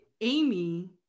Amy